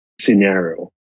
scenario